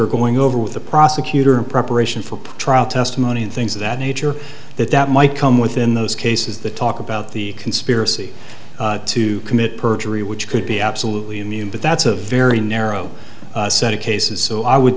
are going over with the prosecutor in preparation for patrol testimony and things of that nature that that might come within those cases the talk about the conspiracy to commit perjury which could be absolutely immune but that's a very narrow set of cases so i would